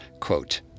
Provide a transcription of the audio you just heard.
quote